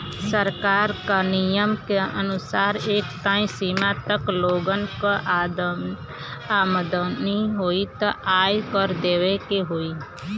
सरकार क नियम क अनुसार एक तय सीमा तक लोगन क आमदनी होइ त आय कर देवे के होइ